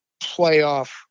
playoff